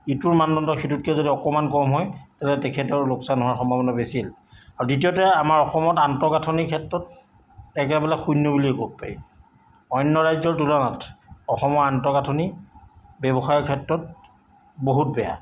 ইটোৰ মানদণ্ড সিটোতকৈ যদি অকণমান কম হয় তেন্তে তেখেতৰ লোকচান হোৱাৰ সম্ভাৱনা বেছি আৰু দ্বিতীয়তে আমাৰ অসমত আন্তঃগাঁথনিৰ ক্ষেত্ৰত একেবাৰে শূন্য বুলিয়েই ক'ব পাৰি অন্য ৰাজ্যৰ তুলনাত অসমৰ আন্তঃগাঁথনি ব্যৱসায় ক্ষেত্ৰত বহুত বেয়া